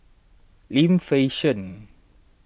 Lim Fei Shen